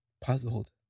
puzzled